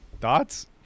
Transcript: thoughts